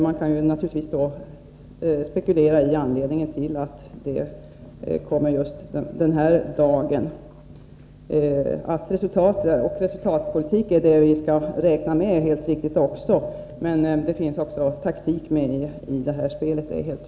Man kan naturligtvis spekulera i anledningen till att beslutet fattas just i dag. Visst skall vi föra resultatpolitik, men det är helt tydligt att det i detta fall också finns taktik med i spelet.